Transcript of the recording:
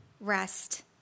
rest